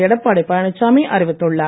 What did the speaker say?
எடப்பாடி பழனிச்சாமி அறிவித்துள்ளார்